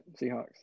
Seahawks